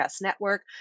Network